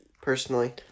personally